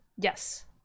Yes